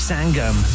Sangam